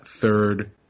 third